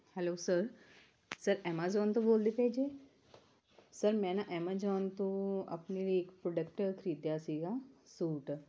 hello sir sir Amazon ਤੋਂ ਬੋਲਦੇ ਪਏ ਜੇ ਸਰ ਮੈਂ ਨਾ ਐਮਾਜੋਨ ਤੋਂ ਆਪਣੇ ਲਈ ਇੱਕ ਪ੍ਰੋਡਕਟ ਖਰੀਦਿਆ ਸੀਗਾ ਸੂਟ